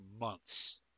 months